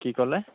কি ক'লে